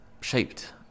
shaped